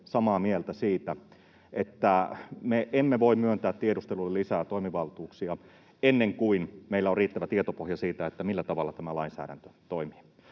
samaa mieltä siitä, että me emme voi myöntää tiedustelulle lisää toimivaltuuksia ennen kuin meillä on riittävä tietopohja siitä, millä tavalla tämä lainsäädäntö toimii.